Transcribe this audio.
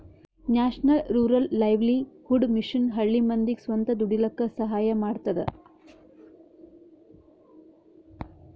national rural livelihood mission ಹಳ್ಳಿ ಮಂದಿಗ್ ಸ್ವಂತ ದುಡೀಲಕ್ಕ ಸಹಾಯ ಮಾಡ್ತದ